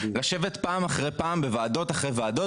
לשבת פעם אחר פעם בוועדות אחרי ועדות